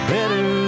Better